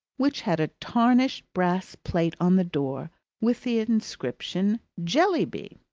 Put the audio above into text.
which had a tarnished brass plate on the door with the inscription jellyby.